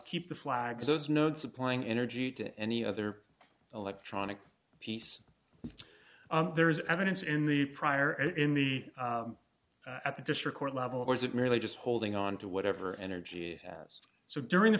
keep the flags those nodes supplying energy to any other electronic piece there is evidence in the prior in the at the district court level or is it really just holding on to whatever energy has so during the